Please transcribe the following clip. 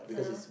ah